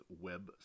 Web